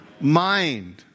mind